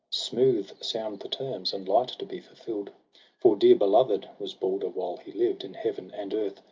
smooth sound the terms, and light to be fulfiu'd for dear-beloved was balder while he lived in heaven and earth,